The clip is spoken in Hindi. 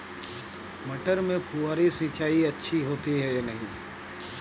मटर में फुहरी सिंचाई अच्छी होती है या नहीं?